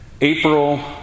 April